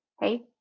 Hey